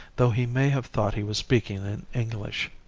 though he may have thought he was speaking in english.